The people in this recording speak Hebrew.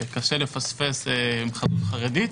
קשה לפספס חזות חרדית.